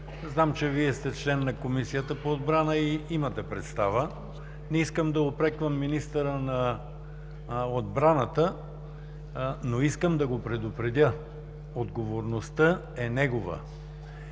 знам, че сте член на Комисията по отбрана и имате представа. Не искам да упреквам министъра на отбраната, но искам да го предупредя: отговорността е негова!